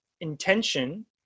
intention